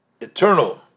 eternal